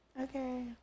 Okay